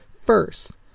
first